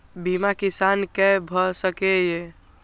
बीमा किसान कै भ सके ये?